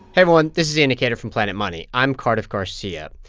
everyone. this is the indicator from planet money. i'm cardiff garcia.